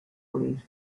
police